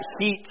heat